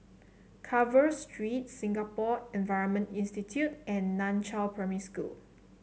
Carver Street Singapore Environment Institute and Nan Chiau Primary School